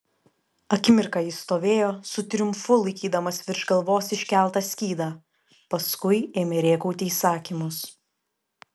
akimirką jis stovėjo su triumfu laikydamas virš galvos iškeltą skydą paskui ėmė rėkauti įsakymus